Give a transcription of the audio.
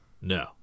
No